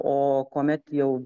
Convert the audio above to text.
o kuomet jau